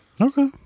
Okay